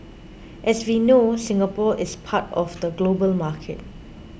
as we know Singapore is part of the global market